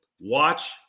watch